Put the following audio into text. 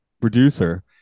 producer